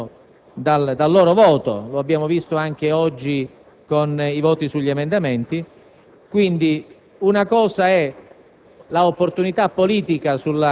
e dunque un Governo sostenuto dal loro voto, come abbiamo visto anche oggi durante il voto sugli emendamenti.